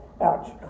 Ouch